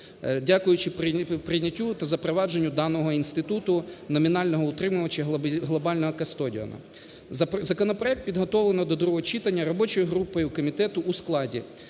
дякую чи прийняттю та запровадженню даного інституту номінального утримувача глобального кастодіана. Законопроект підготовлено до другого читання робочою групою комітету у складі: